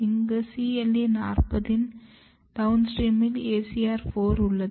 இங்கு CLE 40 இன் டவுன்ஸ்ட்ரீமில் ACR 4 உள்ளது